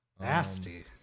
Nasty